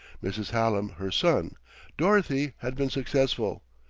mrs. hallam her son dorothy had been successful.